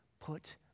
Put